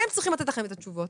הם צריכים לתת לכם את התשובות.